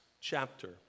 chapter